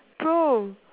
bro